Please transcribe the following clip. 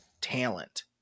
talent